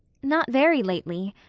not very lately,